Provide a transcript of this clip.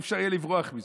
לא יהיה אפשר לברוח מזה.